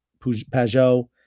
Pajot